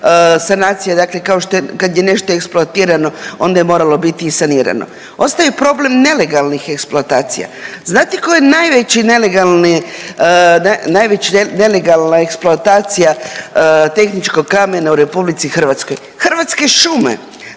sanacija dakle kao što je kad je nešto eksploatirano onda je moralo biti i sanirano. Ostaje problem nelegalnih eksploatacija. Znate tko je najveći nelegalni, najveća nelegalna eksploatacija tehničkog kamena u RH. Hrvatske šume